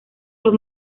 los